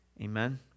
Amen